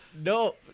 No